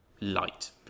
light